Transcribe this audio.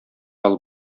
алып